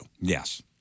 Yes